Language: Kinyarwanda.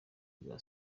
bwa